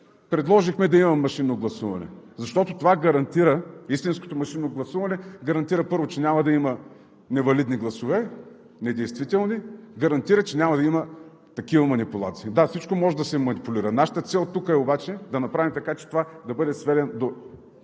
предложихме да има машинно гласуване, защото истинското машинно гласуване гарантира, първо, че няма да има невалидни гласове – недействителни, гарантира, че няма да има такива манипулации. Да, всичко може да се манипулира. Нашата цел тук обаче е да направим така, че това да бъде сведено до